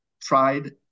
tried